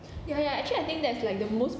ya ya actually I think that's like the most